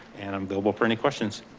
and i'm available for any questions.